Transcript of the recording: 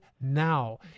now